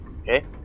Okay